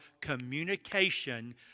communication